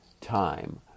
time